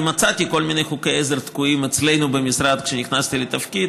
אני מצאתי כל מיני חוקי עזר תקועים אצלנו במשרד כשנכנסתי לתפקיד